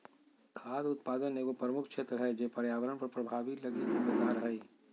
खाद्य उत्पादन एगो प्रमुख क्षेत्र है जे पर्यावरण पर प्रभाव लगी जिम्मेदार हइ